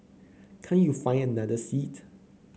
can't you find another seat